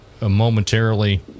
momentarily